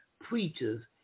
preachers